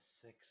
six